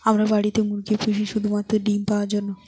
আমরা বাড়িতে মুরগি পুষি শুধু মাত্র ডিম পাওয়ার জন্যই কী?